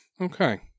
Okay